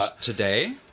today